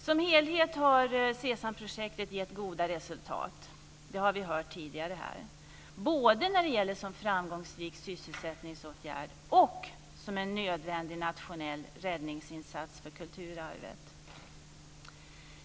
Som helhet har SESAM-projektet gett goda resultat - det har vi hört här tidigare - både som framgångsrik sysselsättningsåtgärd och som en nödvändig nationell räddningsinsats för kulturarvet.